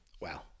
Wow